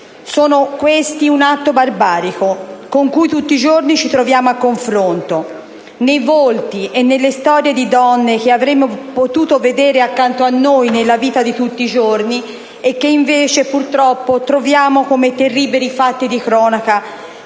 sono un atto barbarico con cui tutti i giorni ci troviamo a confronto, nei volti e nelle storie di donne che avremmo potuto vedere accanto a noi nella vita di tutti i giorni e che invece troviamo purtroppo come terribili fatti di cronaca